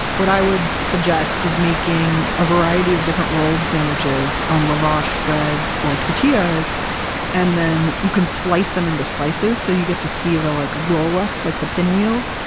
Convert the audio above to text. what i would suggest is making a variety of different rolled sandwiches on lavash breads or tortillas and then you can slice them into slices, so you get to see the like roll up, like the pinwheel?